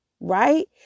Right